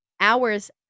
Hours